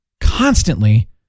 constantly